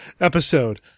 episode